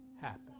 happen